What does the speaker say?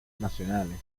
nacionales